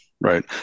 right